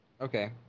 Okay